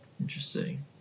interesting